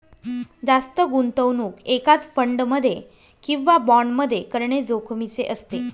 जास्त गुंतवणूक एकाच फंड मध्ये किंवा बॉण्ड मध्ये करणे जोखिमीचे असते